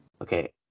Okay